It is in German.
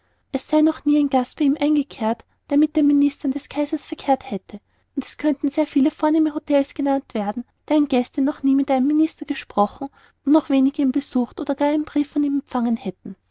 es sei noch nie ein gast bei ihm eingekehrt der mit den ministern des kaisers verkehrt hätte und es könnten sehr viele vornehme htels genannt werden deren gäste noch nie mit einem minister gesprochen und noch weniger ihn besucht oder gar einen brief von ihm empfangen hätten